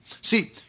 See